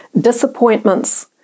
disappointments